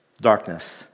Darkness